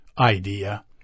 idea